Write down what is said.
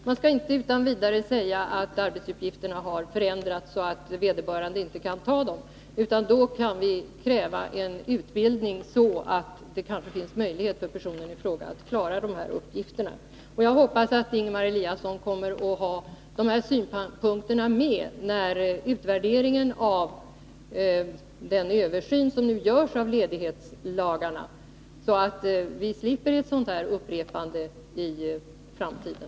Man skall inte utan vidare säga att arbetsupp gifterna har förändrats så att vederbörande inte kan ta dem, utan då kan vi kräva en utbildning, så att det kanske blir möjligt för personen i fråga att klara uppgifterna. Jag hoppas att Ingemar Eliasson kommer att ha de här synpunkterna med sig vid utvärderingen av den översyn som nu görs av ledighetslagarna, så att vi slipper ett upprepande av den här händelsen i framtiden.